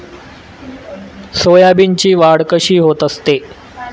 सोयाबीनची वाढ कशी होत असते?